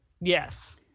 Yes